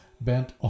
bent